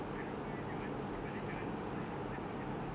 I don't know your auntie but then your auntie like like what kind of things